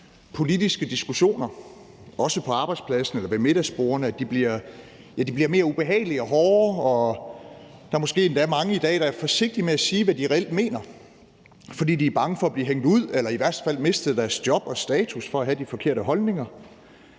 politiske diskussioner, også på arbejdspladsen eller ved middagsbordene, bliver mere ubehagelige og hårdere, og der er måske endda mange i dag, der er forsigtige med at sige, hvad de reelt mener, fordi de er bange for at blive hængt ud eller i værste fald miste deres job og status for at have de forkerte holdninger.